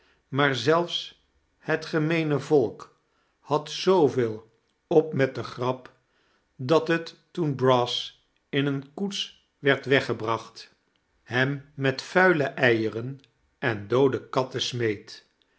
maar zelfs i let gemeene volk had zooveel op met de grap dat het toen brass in eene koets werd weggebracht hem met vuile eieren en doode katten smeet